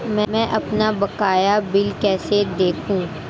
मैं अपना बकाया बिल कैसे देखूं?